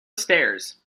stairs